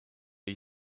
you